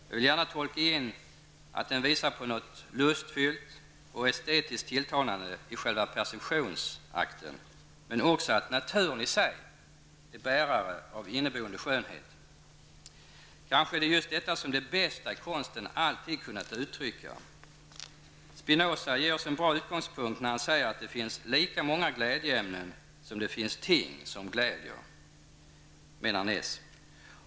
Jag vill gärna tolka in att den visar på något lustfyllt och estetiskt tilltalande i själva perceptionsakten, men också på att naturen i sig är bärare av en inneboende skönhet. Kanske är det just detta som det bästa i konsten alltid kunnat uttrycka. Spinoza ger oss en bra utgångspunkt när han säger att det finns lika många glädjeämnen som det finns ting som glädjer, menar Naess.